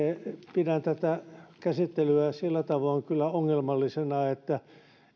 pidän tätä käsittelyä sillä tavoin kyllä ongelmallisena että